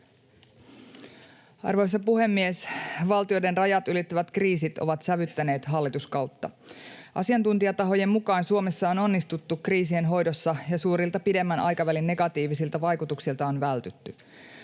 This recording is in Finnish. Arvoisa puhemies! Valtioiden rajat ylittävät kriisit ovat sävyttäneet hallituskautta. Asiantuntijatahojen mukaan Suomessa on onnistuttu kriisien hoidossa ja suurilta pidemmän aikavälin negatiivisilta vaikutuksilta on vältytty.